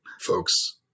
folks